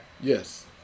Yes